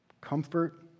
Comfort